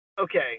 Okay